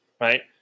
Right